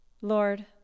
lord